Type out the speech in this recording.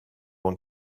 want